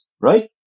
right